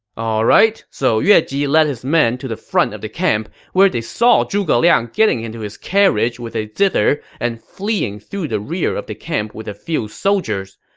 alright, so yue ji led his men to the front of the camp, where they saw zhuge liang getting into his carriage with a zither and fleeing through the rear of the camp with a few so riders.